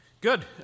Good